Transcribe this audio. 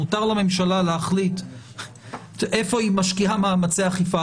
מותר לממשלה להחליט איפה היא משקיעה מאמצי אכיפה,